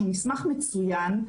שהוא מסמך מצוין,